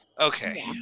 Okay